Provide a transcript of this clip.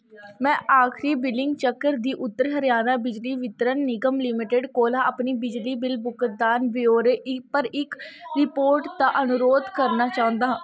मैं आखरी बिलिंग चक्कर दी उत्तर हरियाणा बिजली वितरण निगम लिमिटड कोला अपने बिजली बिल भुगतान ब्यौरे पर इक रिपोर्ट दा अनुरोध करना चाह्न्नां